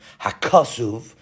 hakasuv